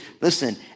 Listen